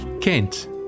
Kent